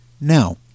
Now